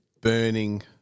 burning